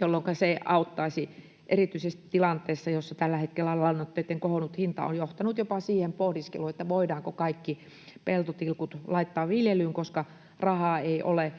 jolloinka se auttaisi erityisesti tilanteessa, jossa tällä hetkellä lannoitteitten kohonnut hinta on johtanut jopa siihen pohdiskeluun, voidaanko kaikki peltotilkut laittaa viljelyyn, koska rahaa ei ole.